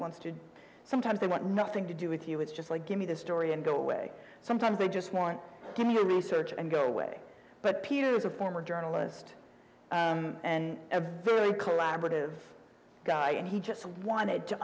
wants to sometimes they want nothing to do with you it's just like give me the story and go away sometimes i just want to be a research and go away but piers a former journalist and a very collaborative guy and he just wanted to